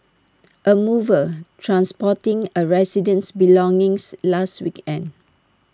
A mover transporting A resident's belongings last weekend